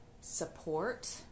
support